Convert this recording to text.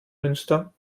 münster